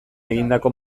egindako